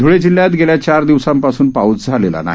ध्वळे जिल्ह्यात गेल्या चार दिवसांपासून पाऊस झालेला नाही